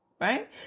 right